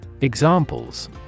Examples